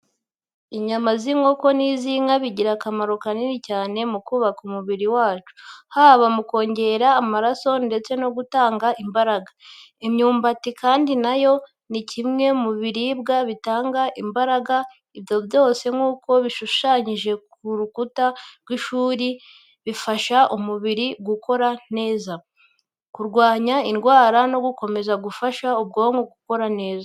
Inyama z’inkoko n’iz’inka bigira akamaro kanini cyane mu kubaka umubiri wacu, haba mu kongera amaraso ndetse no gutanga imbaraga. Imyumbati kandi na yo ni kimwe mu biribwa bitanga imbaraga. Ibyo byose nk'uko bishushanyije ku rukuta rw'ishuri bifasha umubiri gukora neza, kurwanya indwara no gukomeza gufasha ubwonko gukora neza.